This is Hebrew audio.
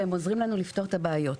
והם עוזרים לנו לפתור את הבעיות.